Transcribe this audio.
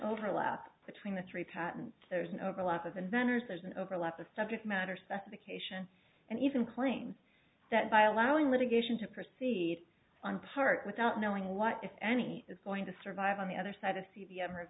overlap between the three patent there's an overlap of inventors there's an overlap of subject matter specification and even claims that by allowing litigation to proceed on part without knowing what if any is going to survive on the other side of c